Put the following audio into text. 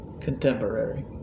Contemporary